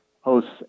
hosts